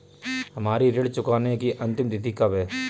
हमारी ऋण चुकाने की अंतिम तिथि कब है?